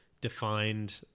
defined